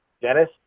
Dennis